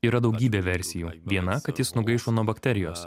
yra daugybė versijų viena kad jis nugaišo nuo bakterijos